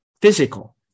physical